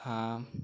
हाँ